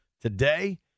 today